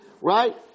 right